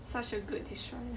such a good destroyer